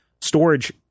storage